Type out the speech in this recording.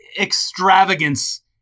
extravagance